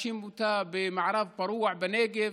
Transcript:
מאשימים אותה במערב הפרוע בנגב.